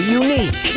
unique